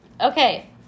Okay